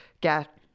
get